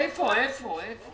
מסמנת לנו איפה נמצאת הדרך.